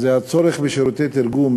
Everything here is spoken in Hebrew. וזה הצורך בשירותי תרגום,